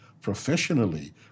professionally